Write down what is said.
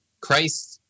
Christ